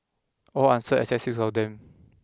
all answered except six of them